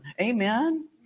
amen